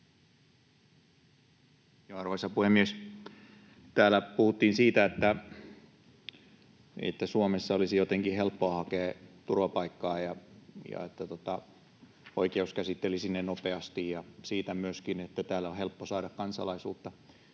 Arvoisa puhemies! Täällä puhuttiin siitä, että Suomessa olisi jotenkin helppoa hakea turvapaikkaa ja että oikeus käsittelisi ne nopeasti, ja myöskin siitä, että täällä on helppo saada kansalaisuus.